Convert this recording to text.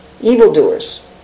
evildoers